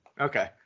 Okay